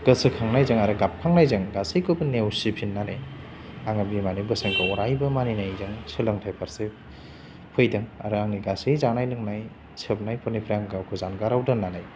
गोसो खांनायजों आरो गाबखांनायजों गासैखौबो नेवसिफिननानै आङो बिमानि बोसोनखौ अरायबो मानिनायजों सोलोंथाइ फारसे फैदों आरो आंनि गासै जानाय लोंनाय सोबनायफोरनिफ्राय आं गावखौ जानगाराव दोन्नानै